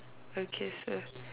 okay so